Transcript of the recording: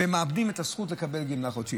והם מאבדים את הזכות לקבל גמלה חודשית.